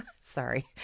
sorry